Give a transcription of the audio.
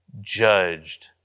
judged